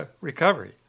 recovery